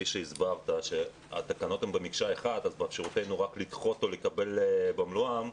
וכפי שהסברת באפשרותנו רק לדחות אותן או לקבל אותן במלואן,